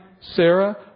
Sarah